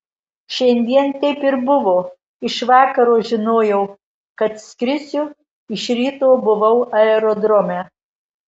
šiandien taip ir buvo iš vakaro žinojau kad skrisiu iš ryto buvau aerodrome